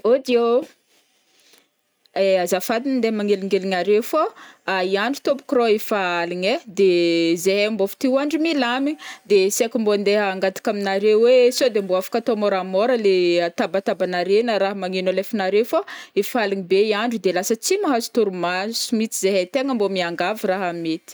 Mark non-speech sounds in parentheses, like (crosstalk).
Aody ô, ai azafady mandeha magnelingeligny aré fao, (hesitation) i andro tô maok rw efa aligna ai, de zahay mbaof tihoandry milamign, de saik mbô andeha hangataka aminaré hoe saode mbô afaka atao moramora le tabatabanare na raha magneno alefanare fao efa align be i andro io de lasa tsy mahazo tôromaso mihitsy zahay, tegna mbô miangavy raha mety.